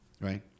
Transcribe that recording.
right